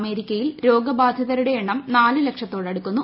അമേരിക്കയിൽ രോഗബാധിതരുടെ എണ്ണം നാല് ലക്ഷത്തോടടുക്കുന്നു